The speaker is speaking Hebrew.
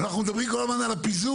אנחנו מדברים כל הזמן על הפיזור,